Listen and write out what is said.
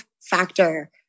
factor